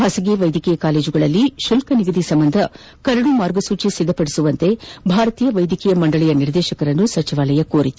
ಖಾಸಗಿ ವ್ಯದ್ಯಕೀಯ ಕಾಲೇಜುಗಳಲ್ಲಿ ಶುಲ್ಲ ನಿಗದಿ ಸಂಬಂಧ ಕರದು ಮಾರ್ಗಸೂಚಿ ಸಿದ್ದಪಡಿಸುವಂತೆ ಭಾರತೀಯ ವೈದ್ಯಕೀಯ ಮಂಡಳಿಯ ನಿರ್ದೇಶಕರನ್ನು ಸಚಿವಾಲಯ ಕೋರಿದೆ